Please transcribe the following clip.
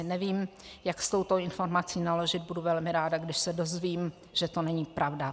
Nevím, jak s touto informací naložit, budu velmi ráda, když se dozvím, že to není pravda.